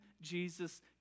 Jesus